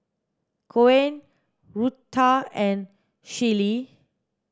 Koen Rutha and Shelli